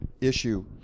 issue